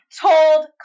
told